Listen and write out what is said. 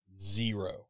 Zero